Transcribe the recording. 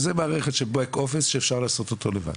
וזו מערכת של back office שאפשר לעשות את זה לבד